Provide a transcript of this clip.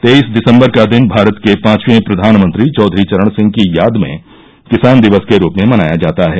तेईस दिसम्बर का दिन भारत के पांचवे प्रधानमंत्री चौधरी चरण सिंह की याद में किसान दिवस के रूप में मनाया जाता है